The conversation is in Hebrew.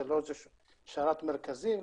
זה לא שרת מרכזי.